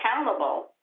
accountable